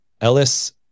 Ellis